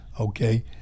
Okay